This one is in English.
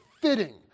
fitting